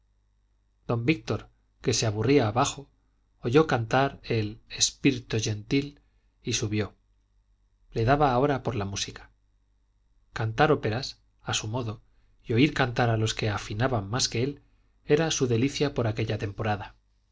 don víctor que se aburría abajo oyó cantar el spirto gentil y subió le daba ahora por la música cantar óperas a su modo y oír cantar a los que afinaban más que él era su delicia por aquella temporada